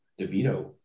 Devito